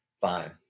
fine